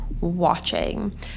watching